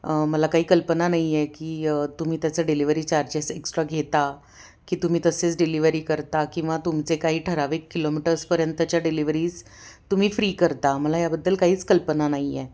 मला काही कल्पना नाही आहे की तुम्ही त्याचं डिलिव्हरी चार्जेस एक्स्ट्रा घेता की तुम्ही तसेच डिलिव्हरी करता किंवा तुमचे काही ठराविक किलोमीटर्सपर्यंतच्या डिलिवरीज तुम्ही फ्री करता मला याबद्दल काहीच कल्पना नाही आहे